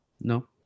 no